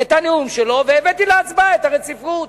את הנאום שלו, והבאתי להצבעה את הרציפות.